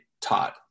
taught